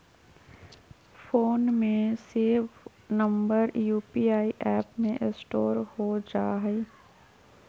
phone में save number UPI app में store हो जा हई